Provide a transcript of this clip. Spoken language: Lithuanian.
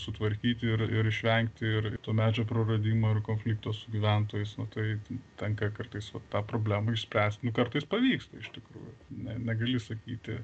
sutvarkyti ir ir išvengti ir to medžio praradimą ar konfliktą su gyventojais nu tai tenka kartais vat tą problemą išspręsti nu kartais pavyksta iš tikrųjų ne negali sakyti